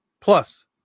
Plus